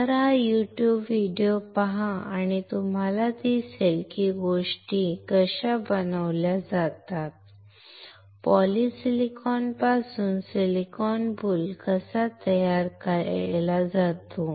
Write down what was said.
तर हा YouTube video पहा आणि तुम्हाला दिसेल की गोष्टी कशा बनवल्या जातात पॉलिसिलिकॉनपासून सिलिकॉन बुले कसे तयार केले जातात